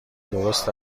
درست